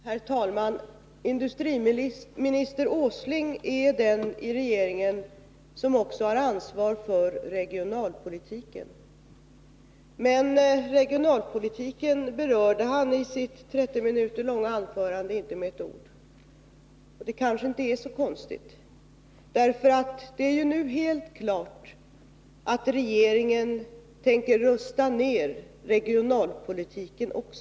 Herr talman! Industriminister Åsling är den i regeringen som har ansvar också för regionalpolitiken. Men regionalpolitiken berörde han inte med ett ord i sitt 30 minuter långa anförande. Det kanske inte är så konstigt, eftersom det nu är helt klart att regeringen tänker rusta ner också regionalpolitiken.